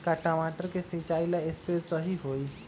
का टमाटर के सिचाई ला सप्रे सही होई?